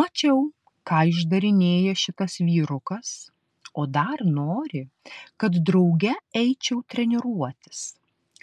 mačiau ką išdarinėja šitas vyrukas o dar nori kad drauge eičiau treniruotis